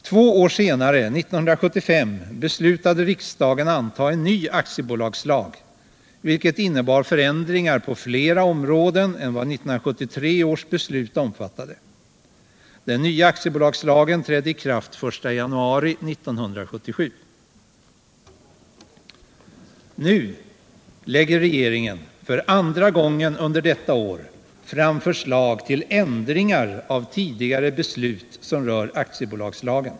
Två år senare, 1975, beslöt riksdagen anta en ny aktiebolagslag, som innebar förändringar på flera områden än vad 1973 års beslut omfattade. Den nya aktiebolagslagen trädde i kraft den 1 januari 1977. Nu lägger regeringen för andra gången under detta år fram förslag till ändringar av tidigare beslut som rör aktiebolagslagen.